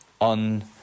on